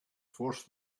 forced